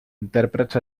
intèrprets